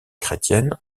chrétiennes